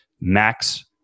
max